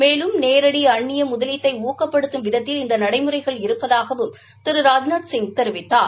மேலும் நேரடி அந்நிய முதலீட்டை ஊக்கப்படுத்தும் விதத்தில் இந்த நடைமுறைகள் இருப்பதாகவும் திரு ராஜ்நாத்சிங் தெரிவித்தார்